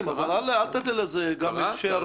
אל תיתן לזה הכשרה.